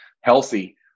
healthy